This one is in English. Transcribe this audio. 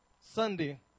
Sunday